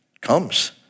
comes